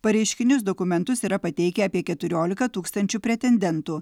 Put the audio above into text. pareiškinius dokumentus yra pateikę apie keturiolika tūkstančių pretendentų